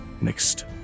next